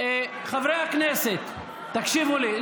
חברי הכנסת, תקשיבו לי.